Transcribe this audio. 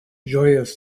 joyous